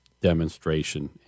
demonstration